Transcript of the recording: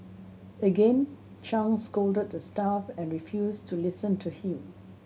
again Chang scolded the staff and refused to listen to him